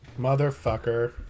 Motherfucker